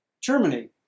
Germany